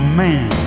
man